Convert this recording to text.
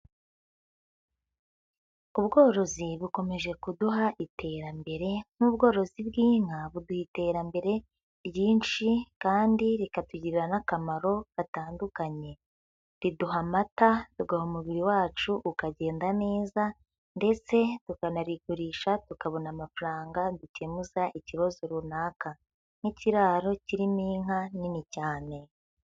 Ubworozi bukomeje kuduha iterambere nk'ubworozi bw'inka buduha iterambere ryinshi kandi rikatugirira n'akamaro gatandukanye, riduha amata, bigaha umubiri wacu ukagenda neza ndetse tukanarigurisha tukabona amafaranga dukemuza ikibazo runaka, nk'ikiraro kirimo inka nini cyane.